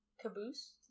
caboose